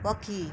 ପକ୍ଷୀ